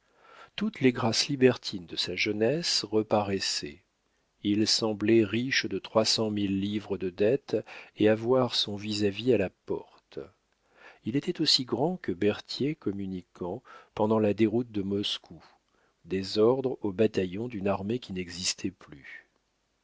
toutes les grâces libertines de sa jeunesse reparaissaient il semblait riche de trois cent mille livres de dettes et avoir son vis-à-vis à la porte il était aussi grand que berthier communiquant pendant la déroute de moscou des ordres aux bataillons d'une armée qui n'existait plus